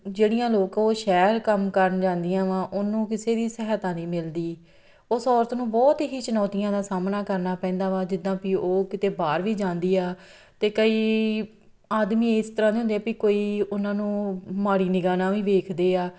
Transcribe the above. ਜਿਹੜੀਆਂ ਲੋਕ ਉਹ ਸ਼ਹਿਰ ਕੰਮ ਕਰਨ ਜਾਂਦੀਆਂ ਵਾ ਉਹਨੂੰ ਕਿਸੇ ਦੀ ਸਹਾਇਤਾ ਨਹੀਂ ਮਿਲਦੀ ਉਸ ਔਰਤ ਨੂੰ ਬਹੁਤ ਹੀ ਚੁਣੌਤੀਆਂ ਦਾ ਸਾਹਮਣਾ ਕਰਨਾ ਪੈਂਦਾ ਵਾ ਜਿੱਦਾਂ ਵੀ ਉਹ ਕਿਤੇ ਬਾਹਰ ਵੀ ਜਾਂਦੀ ਆ ਅਤੇ ਕਈ ਆਦਮੀ ਇਸ ਤਰ੍ਹਾਂ ਦੇ ਹੁੰਦੇ ਵੀ ਕੋਈ ਉਹਨਾਂ ਨੂੰ ਮਾੜੀ ਨਿਗ੍ਹਾ ਨਾਲ ਵੀ ਵੇਖਦੇ ਆ